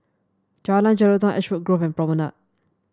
Jalan Jelutong Ashwood Grove and Promenade